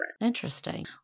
Interesting